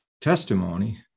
testimony